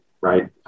right